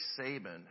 Saban